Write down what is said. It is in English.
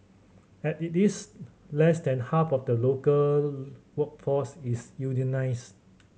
at it is less than half of the local workforce is unionised